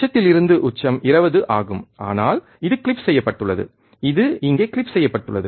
உச்சத்தில் இருந்து உச்சம் 20 ஆகும் ஆனால் இது கிளிப் செய்யப்பட்டுள்ளது இது இங்கே கிளிப் செய்யப்பட்டுள்ளது